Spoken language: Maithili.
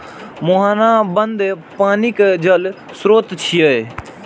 मुहाना बंद पानिक जल स्रोत छियै